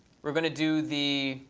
we're going to do the